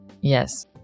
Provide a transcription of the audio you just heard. Yes